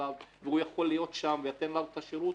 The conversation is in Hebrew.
עליו והתאגיד יכול להיות שם ולתת לנו את השירות,